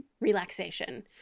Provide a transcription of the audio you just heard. relaxation